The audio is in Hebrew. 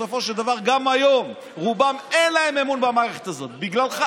בסופו של דבר גם היום לרובם אין אמון במערכת הזאת בגללך,